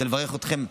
אני רוצה לברך אתכם.